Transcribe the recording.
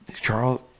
Charles